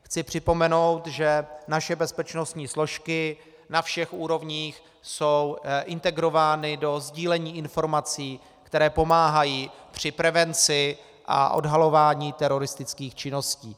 Chci připomenout, že naše bezpečnostní složky na všech úrovních jsou integrovány do sdílení informací, které pomáhají při prevenci a odhalování teroristických činností.